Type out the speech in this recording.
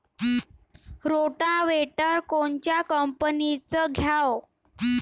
Rotavator कोनच्या कंपनीचं घ्यावं?